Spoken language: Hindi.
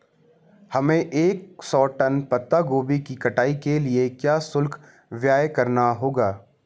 हमें एक सौ टन पत्ता गोभी की कटाई के लिए क्या शुल्क व्यय करना होगा?